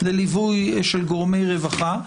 לליווי של גורמי רווחה.